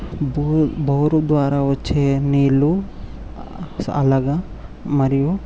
bore bore ద్వారా వచ్చే నీళ్లు అలాగా మరియు